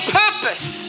purpose